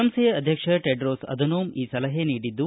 ಸಂಸ್ಥೆಯ ಅಧ್ಯಕ್ಷ Tedros Adhanom ಈ ಸಲಹೆ ನೀಡಿದ್ದು